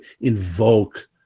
invoke